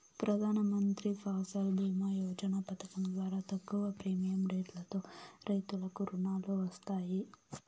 ప్రధానమంత్రి ఫసల్ భీమ యోజన పథకం ద్వారా తక్కువ ప్రీమియం రెట్లతో రైతులకు రుణాలు వస్తాయి